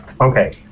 Okay